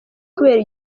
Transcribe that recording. kubera